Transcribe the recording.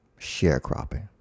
Sharecropping